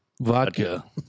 vodka